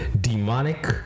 demonic